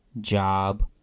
job